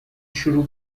شروع